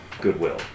goodwill